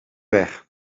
weg